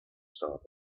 stop